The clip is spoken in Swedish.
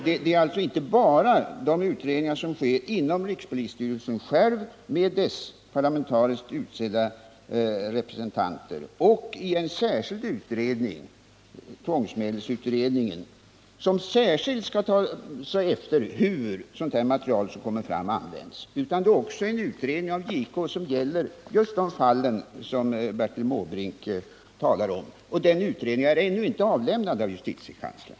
Det pågår alltså inte bara utredningar inom rikspolisstyrelsen med dess parlamentariska representanter och den särskilda utredning, tvångsmedelsutredningen, som särskilt skall se efter hur sådant här material kommer fram och används, utan det pågår också en utredning av JK beträffande just det fall som Bertil Måbrink talar om. Den utredningen är ännu inte avlämnad av justitiekanslern.